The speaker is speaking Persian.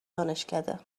دانشکده